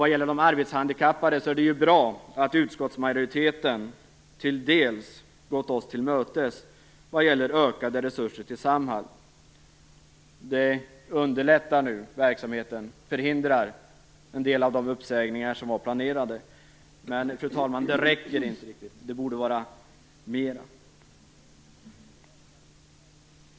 Vad gäller de arbetshandikappade är det bra att utskottsmajoriteten delvis gått oss till mötes i frågan om ökade resurser till Samhall. Det underlättar verksamheten och förhindrar en del av de uppsägningar som var planerade. Men, fru talman, det räcker inte riktigt. Det borde vara mera.